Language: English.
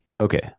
Okay